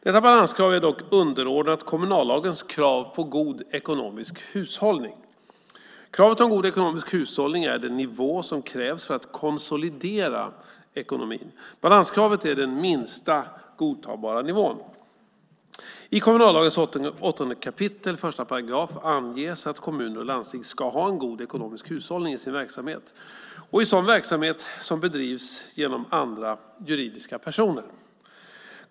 Detta balanskrav är dock underordnat kommunallagens krav på god ekonomisk hushållning. Kravet om god ekonomisk hushållning är den nivå som krävs för att konsolidera ekonomin. Balanskravet är den minsta godtagbara nivån. I kommunallagens 8 kap. 1 § anges att kommuner och landsting ska ha en god ekonomisk hushållning i sin verksamhet och i sådan verksamhet som bedrivs genom andra juridiska personer.